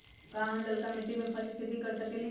का हम लालका मिट्टी में फल के खेती कर सकेली?